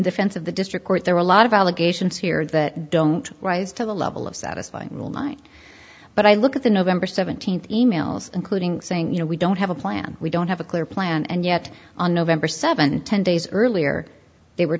defense of the district court there are a lot of allegations here that don't rise to the level of satisfying all night but i look at the november seventeenth e mails including saying you know we don't have a plan we don't have a clear plan and yet on november seventh ten days earlier they were